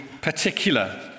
particular